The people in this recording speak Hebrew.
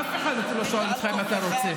אף אחד לא שואל אותך אם אתה רוצה,